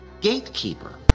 gatekeeper